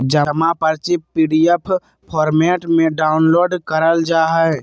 जमा पर्ची PDF format में डाउनलोड करल जा हय